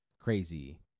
crazy